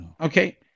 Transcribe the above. Okay